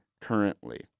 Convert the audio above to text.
currently